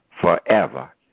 forever